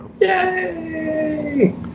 Yay